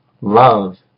love